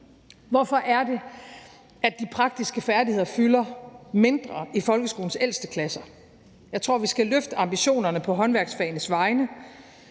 Hvorfor er det, at de praktiske færdigheder fylder mindre i folkeskolens ældste klasser? Jeg tror, vi skal løfte ambitionerne på håndværksfagenes vegne.